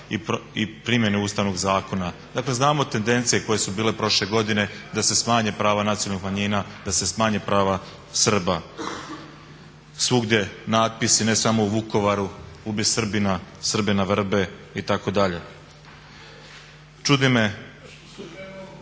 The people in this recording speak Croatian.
i primjene Ustavnog zakona. Dakle, znamo tendencije koje su bile prošle godine da se smanje prava nacionalnih manjina, da se smanje prava Srba. Svugdje natpisi ne samo u Vukovaru: "Ubi Srbina, Srbe na vrbe." itd. Čudi me,